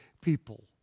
people